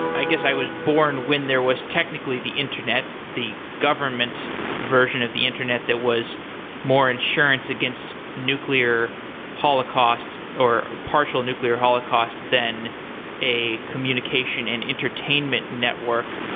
i guess i was born when there was technically the internet, the government version of the internet that was more insurance against nuclear holocaust, or partial nuclear holocaust than a communication and entertainment network.